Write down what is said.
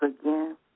again